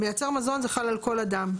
מייצר מזון זה חל על כל אדם.